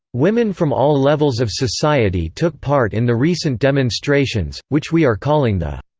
women from all levels of society took part in the recent demonstrations, which we are calling the